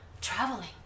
traveling